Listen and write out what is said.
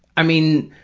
i mean,